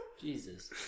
jesus